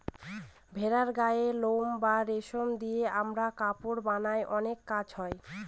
ভেড়ার গায়ের লোম বা রেশম দিয়ে আমরা কাপড় বানায় অনেক কাজ হয়